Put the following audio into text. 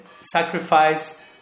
sacrifice